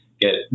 get